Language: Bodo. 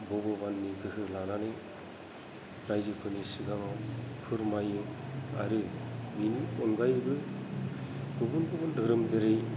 भग'बाननि गोहो लानानै रायजोफोरनि सिगाङाव फोरमायो आरो बेनि अनगायैबो गुबुन गुबुन दोहोरोम जेरै